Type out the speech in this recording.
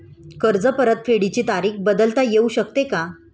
कर्ज परतफेडीची तारीख बदलता येऊ शकते का?